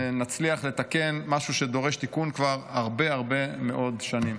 נצליח לתקן משהו שדורש תיקון כבר הרבה הרבה מאוד שנים.